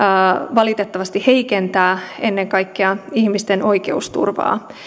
valitettavasti ennen kaikkea heikentää ihmisten oikeusturvaa